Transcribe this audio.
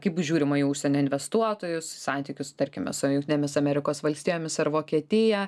kaip žiūrima į užsienio investuotojus santykius tarkime su jungtinėmis amerikos valstijomis ar vokietija